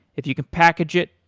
if you can package it,